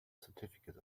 certificate